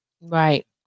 Right